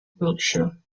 wiltshire